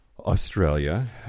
australia